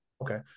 Okay